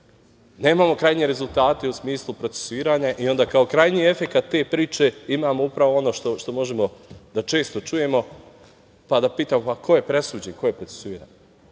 nemamo krajnje rezultate u smislu procesuiranja i onda kao krajnji efekat te priče imamo upravo ono što možemo da često čujemo, pa da pitamo - ko je presuđen, ko je procesuiran?